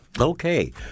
Okay